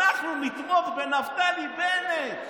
אנחנו נתמוך בנפתלי בנט,